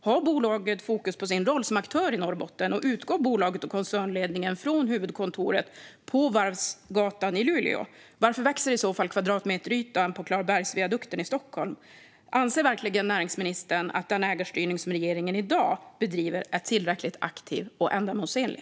Har bolaget fokus på sin roll som aktör i Norrbotten, och utgår bolaget och koncernledningen från huvudkontoret på Varvsgatan i Luleå? Varför växer i så fall kvadratmeterytan på Klarabergsviadukten i Stockholm? Anser verkligen näringsministern att den ägarstyrning som regeringen i dag bedriver är tillräckligt aktiv och ändamålsenlig?